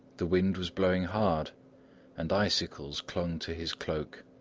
the wind was blowing hard and icicles clung to his cloak.